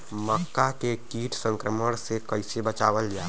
मक्का के कीट संक्रमण से कइसे बचावल जा?